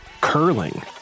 curling